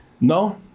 No